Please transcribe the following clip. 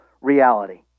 reality